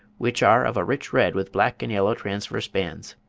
which are of a rich red with black and yellow transverse bands.